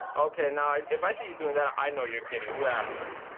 okay, now if i see you doing that, i know you're kidding. you have to be.